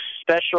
special